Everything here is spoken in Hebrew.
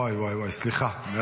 ואיי ואיי ואיי, סליחה.